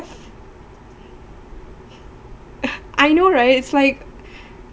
I know right it's like